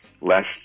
last